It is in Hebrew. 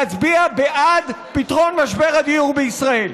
להצביע בעד פתרון משבר הדיור בישראל.